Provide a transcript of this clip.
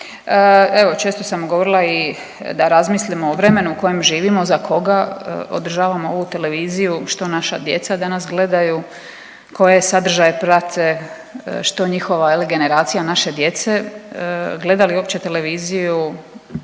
Evo, često sam govorila i da razmislimo o vremenu u kojem živimo, za koga održavamo ovu televiziju, što naša djeca danas gledaju, koje sadržaje prate, što njihova jel generacija naše djece gleda li uopće televiziju,